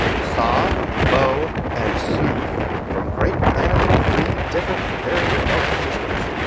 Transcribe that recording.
saa, bo and soof, from great planets in three different and very remote systems.